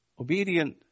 obedient